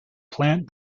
plant